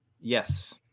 Yes